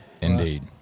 indeed